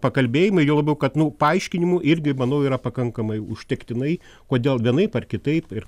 pakalbėjimai juo labiau kad nu paaiškinimų irgi manau yra pakankamai užtektinai kodėl vienaip ar kitaip ir